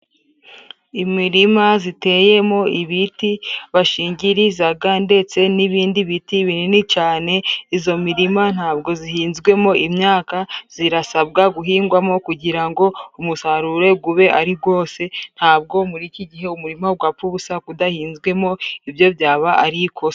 Imirima ziteyemo ibiti bashingirizaga ndetse n'ibindi biti binini cane, izo mirima ntabwo zihinzwemo imyaka zirasabwa guhingwamo kugira ngo umusaruro gube ari gwose, ntago muri iki gihe umurimo gwapfa ubusa gudahinzwemo, ni byo byaba ari ikosa.